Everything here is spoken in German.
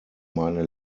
meine